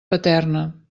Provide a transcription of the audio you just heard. paterna